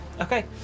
Okay